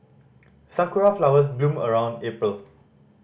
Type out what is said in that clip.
sakura flowers bloom around April